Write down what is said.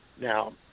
Now